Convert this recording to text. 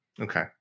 Okay